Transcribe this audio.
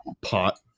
pot